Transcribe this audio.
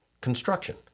construction